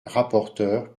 rapporteure